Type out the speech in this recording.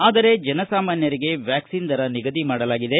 ಆದರೆ ಜನಸಾಮಾನ್ಯರಿಗೆ ವಾಕ್ಸಿನ್ ದರ ನಿಗದಿ ಮಾಡಲಾಗಿದೆ